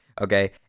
Okay